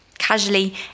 casually